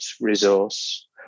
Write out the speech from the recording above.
resource